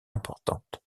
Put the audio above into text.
importantes